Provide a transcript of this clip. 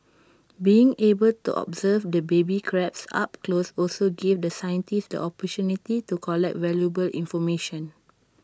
being able to observe the baby crabs up close also gave the scientists the opportunity to collect valuable information